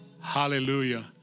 Hallelujah